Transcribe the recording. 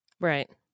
Right